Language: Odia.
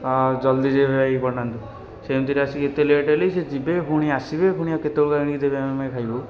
ହଁ ଜଲ୍ଦି ଭାଇ ପଠାନ୍ତୁ ସେମିତିରେ ଆସିକି ଏତେ ଲେଟ୍ ହେଲାଣି ସେ ଯିବେ ପୁଣି ଆସିବେ ପୁଣି ଆଉ କେତେବେଳକୁ ଆଣିକି ଦେବେ ଆମେ ଖାଇବୁ